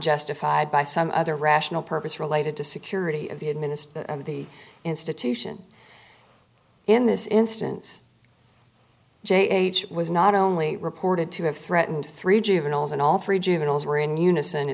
justified by some other rational purpose related to security of the administration of the institution in this instance j h was not only reported to have threatened three juveniles and all three juveniles were in unison